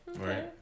Right